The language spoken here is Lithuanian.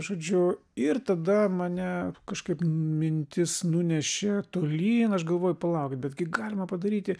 žodžiu ir tada mane kažkaip mintis nunešė tolyn aš galvoju palaukit betgi galima padaryti